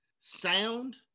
sound